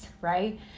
right